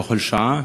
בכל שעה.